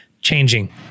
changing